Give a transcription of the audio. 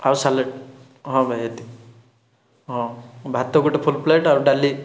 ଆଉ ସାଲାଡ଼୍ ହଁ ଭାଇ ଏତିକି ହଁ ଭାତ ଗୋଟେ ଫୁଲ୍ ପ୍ଲେଟ୍ ଆଉ ଡାଲି